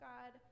God